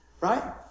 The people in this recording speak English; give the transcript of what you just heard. Right